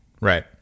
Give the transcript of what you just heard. right